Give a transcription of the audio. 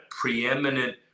preeminent